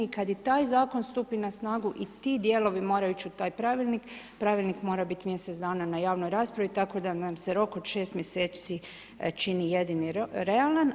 I kad i taj zakon stupi na snagu i ti dijelovi moraju ići u taj pravilnik, pravilnik mora biti mjesec dana na javnoj raspravi, tako da nam se rok od 6 mjeseci čini jedini realan.